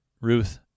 Ruth